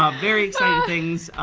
um very exciting things.